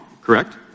correct